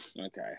Okay